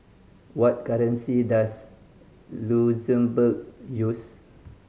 what currency does Luxembourg use